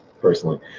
personally